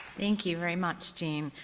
thank you very much jean.